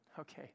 Okay